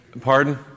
Pardon